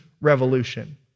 revolution